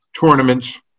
tournaments